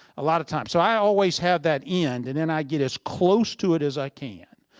a lot of time. so i always have that end and then i get as close to it as i can.